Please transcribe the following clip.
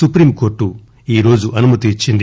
supreme court ఈరోజు అనుమతిచ్చింది